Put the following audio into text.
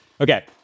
Okay